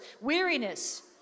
Weariness